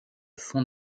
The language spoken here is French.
fond